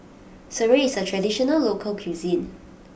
Sireh is a traditional local cuisine